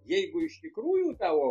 jeigu iš tikrųjų tavo